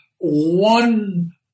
one